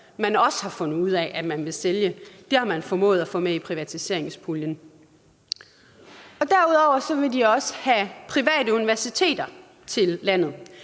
man også har fundet ud af man vil sælge. Det har man formået at få med i privatiseringspuljen. Derudover vil de også have private universiteter til landet.